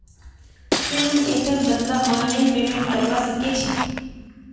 की मुई कैशेर बदला ऑनलाइन पेमेंट करवा सकेछी